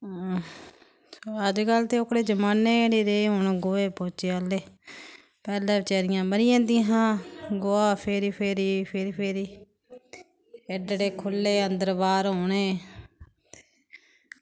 अजकल्ल ते ओह्कड़े जमानै गै निं रेह् गोहे पौह्चे आह्ले पैह्लें बचैरियां मरी जंदियां हियां गोहा फेरी फेरी फेरी फेरी एड्डे एड्डे खुल्ले अंदर बाह्र होने